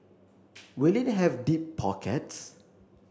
will it have deep pockets